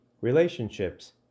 relationships